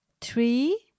three